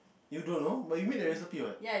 you don't know but you make the recipe what